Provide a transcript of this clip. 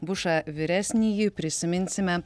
bušą vyresnįjį prisiminsime